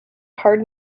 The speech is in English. hard